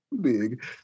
big